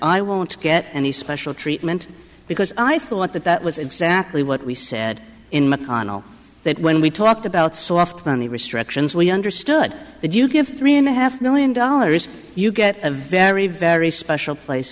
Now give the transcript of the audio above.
i won't get an special treatment because i thought that that was exactly what we said in mcconnell that when we talked about soft money restrictions we understood that you give three and a half million dollars you get a very very special place